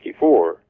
1954